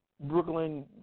Brooklyn